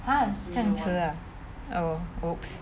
!huh! 这样迟 ah oh !oops!